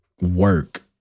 work